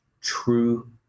true